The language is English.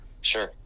Sure